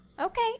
Okay